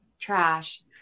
trash